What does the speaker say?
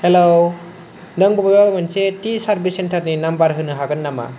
हेल' नों बबेबा मोनसे थि सार्भिस सेंटारनि नाम्बार होनो हागोन नामा